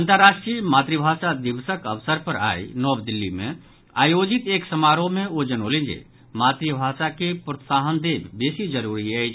अंतर्राष्ट्रीय मातृभाषा दिवसक अवसर पर आई नव दिल्ली मे आयोजित एक समारोह मे ओ जनौलनि जे मातृभाषा के प्रोत्साहन देब बेसी जरूरी अछि